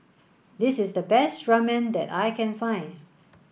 this is the best Ramen that I can find